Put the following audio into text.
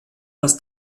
das